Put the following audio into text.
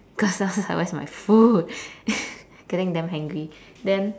cause I was like where was my food getting damn hangry then